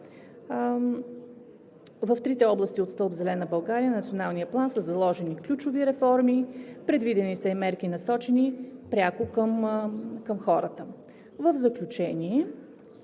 В трите области от стълб „Зелена България“ на Националния план са заложени ключови реформи, предвидени са и мерки, насочени пряко към хората. В заключение